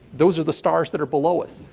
those are the stars that are below us.